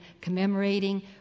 commemorating